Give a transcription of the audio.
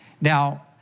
Now